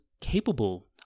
capable